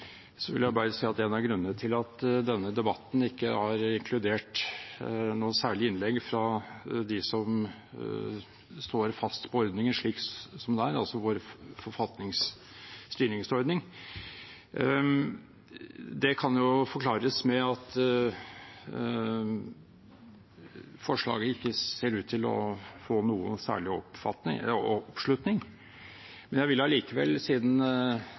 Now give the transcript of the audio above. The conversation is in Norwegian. vil jeg bare si at en av grunnene til at denne debatten ikke har inkludert noe særlig med innlegg fra dem som står fast på ordningen slik den er, altså vår styringsordning, kan være at forslaget ikke ser ut til å få noen særlig oppslutning. Jeg vil allikevel – siden